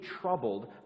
troubled